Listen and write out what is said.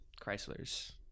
Chrysler's